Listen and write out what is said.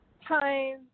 Hi